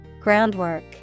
Groundwork